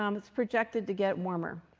um it's projected to get warmer.